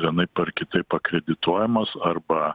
vienaip ar kitaip akredituojamos arba